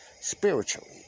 spiritually